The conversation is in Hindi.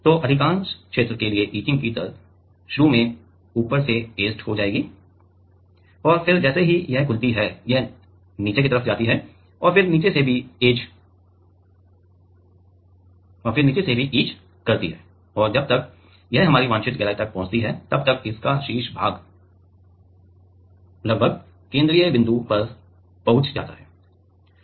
तो अधिकांश क्षेत्र के लिए इचिंग की दर शुरू में ऊपर से ऐचेड हो जाएगी और फिर जैसे ही यह खुलती है यह नीचे जाती है और फिर नीचे से भी इच करती है और जब तक यह हमारी वांछित गहराई तक पहुँचती है तब तक इसका शीर्ष भाग लगभग होता है केंद्रीय बिंदु पर पहुंच जाता है